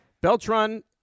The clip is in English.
Beltran